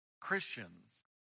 Christians